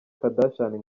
kardashian